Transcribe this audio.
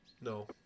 no